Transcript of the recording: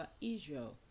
israel